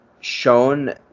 shown